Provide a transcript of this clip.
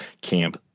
camp